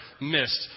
missed